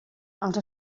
els